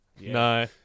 No